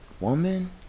woman